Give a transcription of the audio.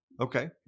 Okay